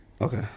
Okay